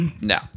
No